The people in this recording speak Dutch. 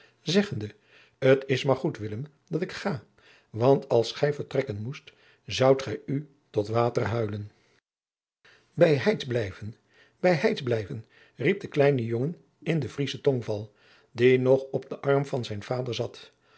zeggende t is maar goed willem dat ik ga want als gij vertrekken moest zoudt gij u tot water huilen bij heit bliven bij heit bliven riep de kleine jongen in den vrieschen tongval die nog op den arm van zijn vader zat